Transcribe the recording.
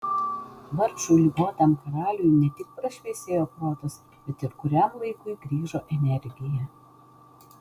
vargšui ligotam karaliui ne tik prašviesėjo protas bet ir kuriam laikui grįžo energija